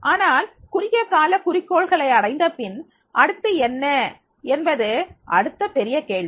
ஆனால் குறுகிய கால குறிக்கோள்களை அடைந்தபின் அடுத்து என்ன என்பது அடுத்த பெரிய கேள்வி